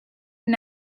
and